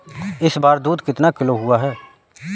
इस बार दूध कितना किलो हुआ है?